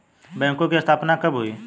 बैंकों की स्थापना कब हुई?